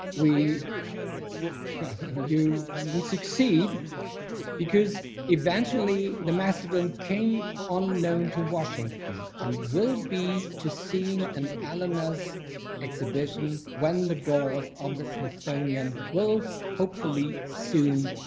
we will and you will succeed because eventually the mastodon came on loan to washington and will be to seen an aliveness exhibition when the doors of the smithsonian will hopefully soon